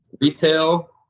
retail